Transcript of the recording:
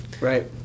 right